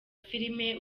filime